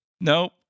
Nope